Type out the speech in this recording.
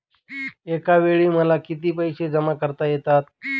एकावेळी मला किती पैसे जमा करता येतात?